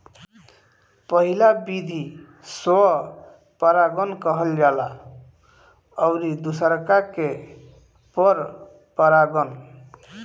पहिला विधि स्व परागण कहल जाला अउरी दुसरका के पर परागण